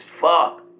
fuck